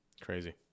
Crazy